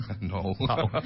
No